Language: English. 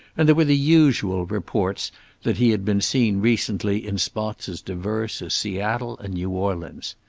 and there were the usual reports that he had been seen recently in spots as diverse as seattle and new orleans.